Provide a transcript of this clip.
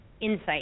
insight